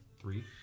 three